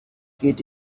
geht